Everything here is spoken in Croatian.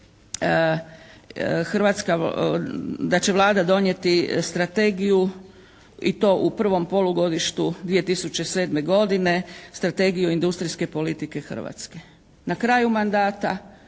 toga kaže da će Vlada donijeti strategiju i to u prvom polugodištu 2007. godine, strategiju industrijske političke Hrvatske. Na kraju mandata,